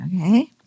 Okay